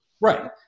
Right